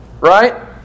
right